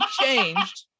changed